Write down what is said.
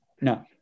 No